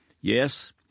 yes